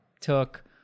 took